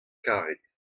karet